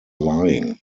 lying